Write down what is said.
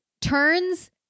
turns